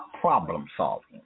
problem-solving